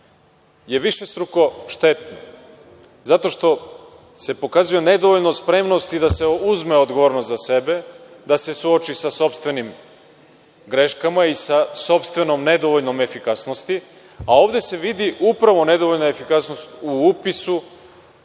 je višestruko štetno zato što se pokazuje nedovoljno spremnosti da se uzme odgovornost za sebe, da se suoči sa sopstvenim greškama i sopstvenom nedovoljnom efikasnosti, a ovde se vidi upravo nedovoljna efikasnost u upisu